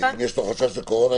אם יש לו חשש לקורונה,